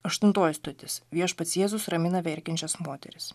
aštuntoji stotis viešpats jėzus ramina verkiančias moteris